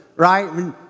right